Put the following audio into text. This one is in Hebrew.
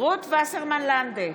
רות וסרמן לנדה,